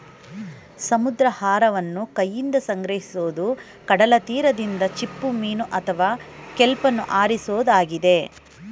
ಸಮುದ್ರಾಹಾರವನ್ನು ಕೈಯಿಂದ ಸಂಗ್ರಹಿಸೋದು ಕಡಲತೀರದಿಂದ ಚಿಪ್ಪುಮೀನು ಅಥವಾ ಕೆಲ್ಪನ್ನು ಆರಿಸೋದಾಗಿದೆ